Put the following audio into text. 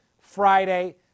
Friday